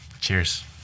cheers